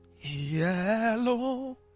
Yellow